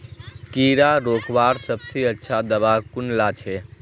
कीड़ा रोकवार सबसे अच्छा दाबा कुनला छे?